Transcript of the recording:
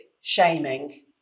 shaming